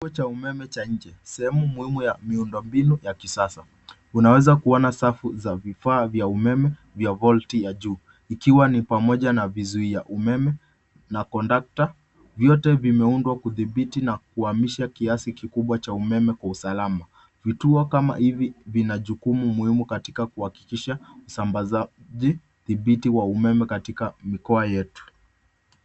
Kituo cha umeme cha nje sehemu muhimu ya miundombinu ya kisasa. Unaweza kuona safu ya vifaa vya umeme vya volti ya juu ikiwa ni pamoja na vizuia umeme na kondakta vyote vimeundwa kudhibiti na kuhamisha kiasi kikubwa cha umeme kwa usalama. Vituo kama hivi vina jukumu muhimu katika kuhakikisha usambazaji dhibiti katika mikoba yetu.